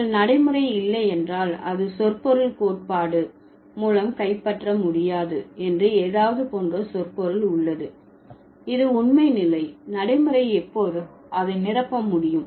நீங்கள் நடைமுறை இல்லை என்றால் அது சொற்பொருள் கோட்பாடு மூலம் கைப்பற்ற முடியாது என்று ஏதாவது போன்ற சொற்பொருள் உள்ளது இது உண்மை நிலை நடைமுறை எப்போதும் அதை நிரப்ப முடியும்